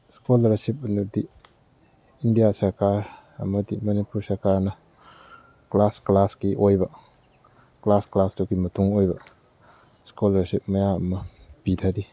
scholarship ꯑꯅꯤꯗꯤ India ꯁꯔꯀꯥꯔ ꯑꯃꯗꯤ ꯃꯅꯤꯄꯨꯔ ꯁꯔꯀꯥꯔꯅ ꯀ꯭ꯂꯥꯁ ꯀ꯭ꯂꯥꯁꯀꯤ ꯑꯣꯏꯕ ꯀ꯭ꯂꯥꯁ ꯀ꯭ꯂꯥꯁꯇꯨꯒꯤ ꯃꯇꯨꯡ ꯑꯣꯏꯕ ꯏꯁꯀꯣꯂꯥꯔꯁꯤꯞ ꯃꯌꯥꯝ ꯑꯃ ꯄꯤꯊꯔꯤ